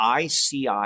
ICI